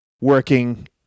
working